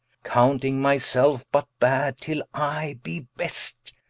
counting my selfe but bad, till i be best.